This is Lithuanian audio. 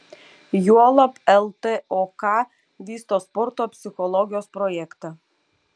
juolab ltok vysto sporto psichologijos projektą